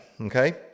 Okay